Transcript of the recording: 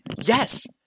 Yes